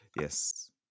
yes